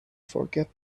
forget